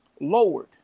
lowered